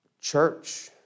church